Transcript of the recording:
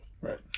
right